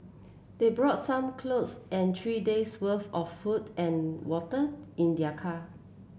they brought some clothes and three days'worth of food and water in their car